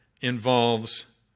involves